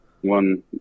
one